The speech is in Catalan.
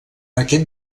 aquest